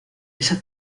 esa